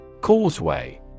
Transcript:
Causeway